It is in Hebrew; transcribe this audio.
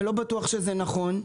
לא בטוח שזה נכון,